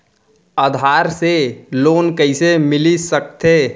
आधार से लोन कइसे मिलिस सकथे?